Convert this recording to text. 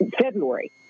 February